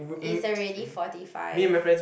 it's already forty five